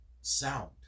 sound